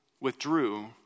withdrew